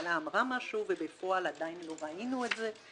שהממשלה אמרה משהו ובפועל עדין לא ראינו את זה,